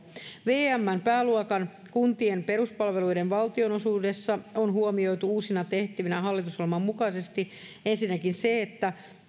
vmn pääluokan kuntien peruspalveluiden valtionosuudessa on huomioitu uusina tehtävinä hallitusohjelman mukaisesti ensinnäkin se että